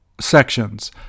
sections